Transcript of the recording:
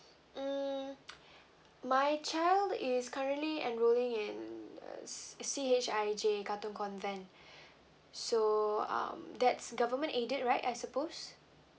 mm my child is currently enrolling in uh C_H_I_J katong convent so um that's government aided right I suppose